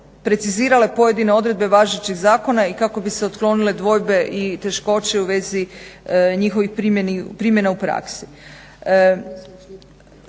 precizirale pojedine odredbe važećeg zakona i kako bi se otklonile dvojbe i teškoće u vezi njihove primjene u praksi.